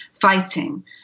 fighting